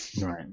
Right